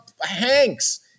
Hanks